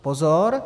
Pozor!